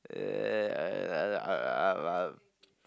uh